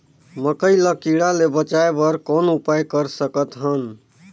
मकई ल कीड़ा ले बचाय बर कौन उपाय कर सकत हन?